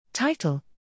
Title